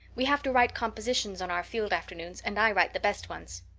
we have to write compositions on our field afternoons and i write the best ones.